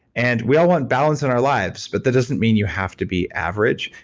and we all want balance in our lives but that doesn't mean you have to be average.